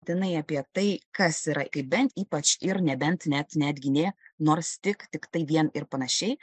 tenai apie tai kas yra kaip bent ypač ir nebent net netgi nė nors tik tiktai vien ir panašiai